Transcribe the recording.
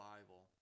Bible